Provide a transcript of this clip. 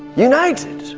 united,